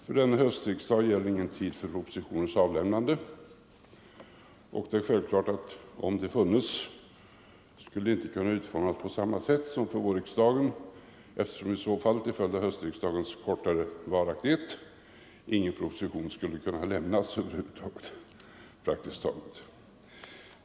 För denna höstriksdag gäller ingen tid för propositioners avlämnande, och det är självklart att om bestämmelser härom funnes skulle de inte kunna vara utformade på samma sätt som för vårriksdagen, eftersom i så fall till följd av höstriksdagens kortare varaktighet praktiskt taget ingen proposition skulle kunna lämnas.